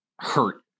hurt